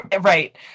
Right